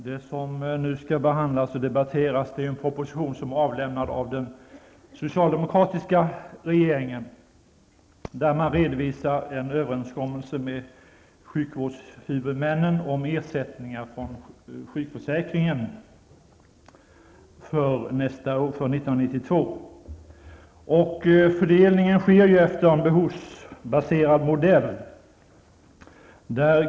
Herr talman! Vi skall nu diskutera ett betänkande som behandlar en proposition som avlämnades av den socialdemokratiska regeringen. I propositionen redovisas en överenskommelse med sjukvårdshuvudmännen om ersättningar från sjukförsäkringen för 1992. Fördelningen skall ske efter en behovsbaserad modell.